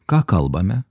ką kalbame